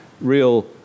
real